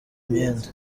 myenda